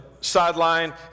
sideline